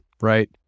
right